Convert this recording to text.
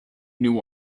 new